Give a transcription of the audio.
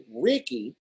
Ricky